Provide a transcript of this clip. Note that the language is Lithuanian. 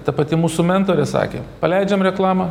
ta pati mūsų mentorė sakė paleidžiam reklamą